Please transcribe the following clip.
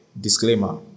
disclaimer